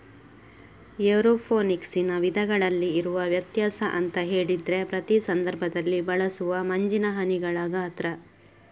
ಏರೋಫೋನಿಕ್ಸಿನ ವಿಧಗಳಲ್ಲಿ ಇರುವ ವ್ಯತ್ಯಾಸ ಅಂತ ಹೇಳಿದ್ರೆ ಪ್ರತಿ ಸಂದರ್ಭದಲ್ಲಿ ಬಳಸುವ ಮಂಜಿನ ಹನಿಗಳ ಗಾತ್ರ